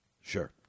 Sure